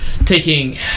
Taking